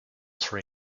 tree